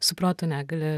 su proto negalia